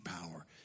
power